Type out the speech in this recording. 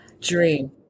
Dream